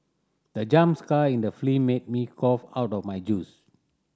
the jump scare in the film made me cough out of my juice